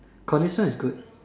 condition is good